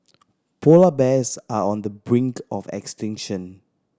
polar bears are on the brink of extinction